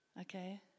okay